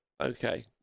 okay